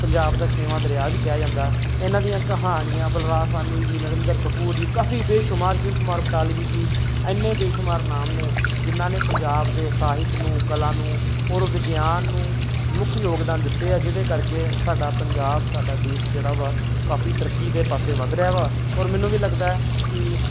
ਪੰਜਾਬ ਦਾ ਛੇਵਾਂ ਦਰਿਆ ਵੀ ਕਿਹਾ ਜਾਂਦਾ ਇਹਨਾਂ ਦੀਆਂ ਕਹਾਣੀਆਂ ਬਲਰਾਜ ਸਾਹਨੀ ਜੀ ਨਰਿੰਦਰ ਕਪੂਰ ਜੀ ਕਾਫੀ ਬੇਸ਼ੁਮਾਰ ਸ਼ਿਵ ਕੁਮਾਰ ਬਟਾਲਵੀ ਜੀ ਇੰਨੇ ਬੇਸ਼ੁਮਾਰ ਨਾਮ ਨੇ ਜਿਹਨਾਂ ਨੇ ਪੰਜਾਬ ਦੇ ਸਾਹਿਤ ਨੂੰ ਕਲਾ ਨੂੰ ਔਰ ਵਿਗਿਆਨ ਨੂੰ ਮੁੱਖ ਯੋਗਦਾਨ ਦਿੱਤੇ ਆ ਜਿਹਦੇ ਕਰਕੇ ਸਾਡਾ ਪੰਜਾਬ ਸਾਡਾ ਦੇਸ਼ ਜਿਹੜਾ ਵਾ ਕਾਫੀ ਤਰੱਕੀ ਦੇ ਪਾਸੇ ਵੱਧ ਰਿਹਾ ਵਾ ਔਰ ਮੈਨੂੰ ਵੀ ਲੱਗਦਾ ਕਿ